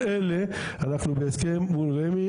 כל אלה אנחנו בהסכם מול רמ"י,